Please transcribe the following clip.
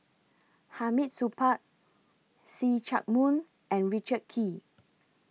Hamid Supaat See Chak Mun and Richard Kee